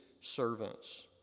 servants